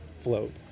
float